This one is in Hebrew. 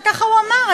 ככה הוא אמר,